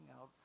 out